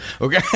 okay